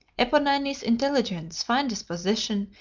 eponine's intelligence, fine disposition,